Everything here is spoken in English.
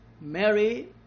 Mary